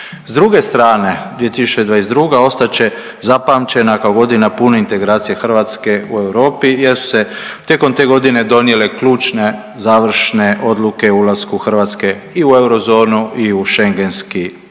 S druge strane 2022. ostat će zapamćena kao godina pune integracije Hrvatske u Europi jer su se tijekom te godine donijele ključne, završne odluke o ulasku Hrvatske i u eurozonu i u Schengenski